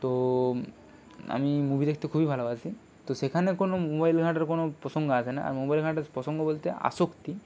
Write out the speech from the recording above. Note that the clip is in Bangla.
তো আমি মুভি দেখতে খুবই ভালোবাসি তো সেখানে কোনো মোবাইল ঘাঁটার কোনো প্রসঙ্গ আসে না আর মোবাইল ঘাঁটার প্রসঙ্গ বলতে আসক্তি